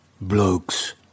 blokes